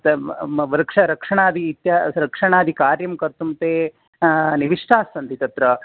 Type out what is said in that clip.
वृक्षरक्षणादि इत्या रक्षणादिकार्यं कर्तुं ते निविष्टाः सन्ति तत्र